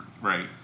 Right